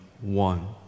one